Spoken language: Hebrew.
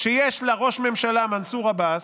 שיש לה ראש ממשלה מנסור עבאס,